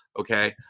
Okay